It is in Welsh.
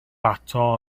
ato